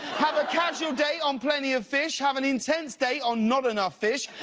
have a casual date on plenty-of fish. have an intense date on not enough-fish.